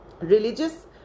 Religious